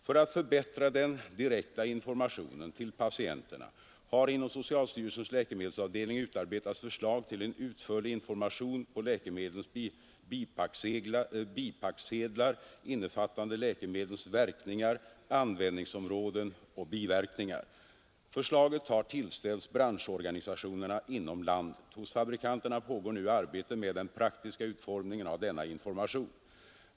För att förbättra den direkta informationen till patienterna har inom socialstyrelsens läkemedelsavdelning utarbetats förslag till en utförlig information på läkemedlens bipacksedlar, innefattande läkemedlens verkningar, användningsområden och biverkningar. Förslaget har tillställts branschorganisationerna inom landet. Hos fabrikanterna pågår nu arbete med den praktiska utformningen av denna information.